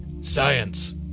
science